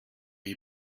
you